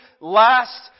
last